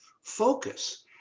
focus